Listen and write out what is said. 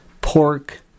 pork